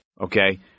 Okay